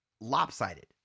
lopsided